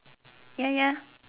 ya ya